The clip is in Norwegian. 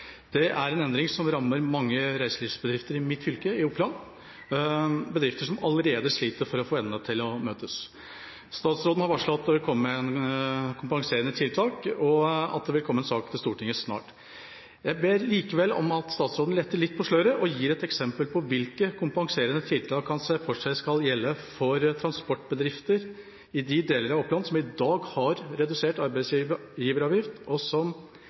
Det er en endring som rammer mange reiselivsbedrifter i mitt fylke, Oppland, og dette er bedrifter som allerede sliter med å få endene til å møtes. Statsråden har varslet at det vil komme kompenserende tiltak, og at det vil komme en sak til Stortinget snart. Jeg ber likevel om at statsråden letter litt på sløret og gir et eksempel på hvilke kompenserende tiltak han ser for seg skal gjelde for transportbedrifter i de delene av Oppland som i dag har redusert arbeidsgiveravgift, og som